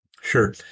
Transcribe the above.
Sure